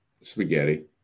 spaghetti